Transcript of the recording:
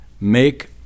make